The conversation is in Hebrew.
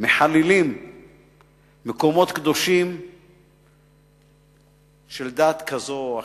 מחללים מקומות קדושים של דת כזאת או אחרת.